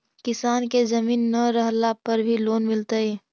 किसान के जमीन न रहला पर भी लोन मिलतइ?